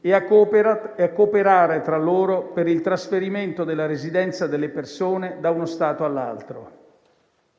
e a cooperare tra loro per il trasferimento della residenza delle persone da uno Stato all'altro.